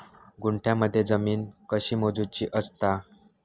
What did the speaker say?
गुंठयामध्ये जमीन कशी मोजूची असता?